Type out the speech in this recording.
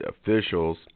officials